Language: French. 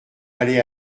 aller